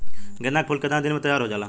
गेंदा के फूल केतना दिन में तइयार हो जाला?